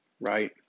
right